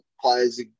players